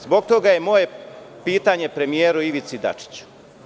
Zbog toga je moje pitanje premijeru Ivici Dačiću.